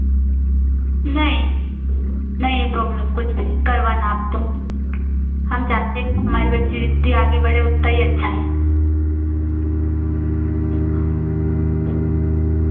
नहीं नहीं है प्रॉब्लम कुछ भी करवाना आप तो हम चाहते हैं हमारी बच्ची जितनी आगे बढ़े उतना ही अच्छा है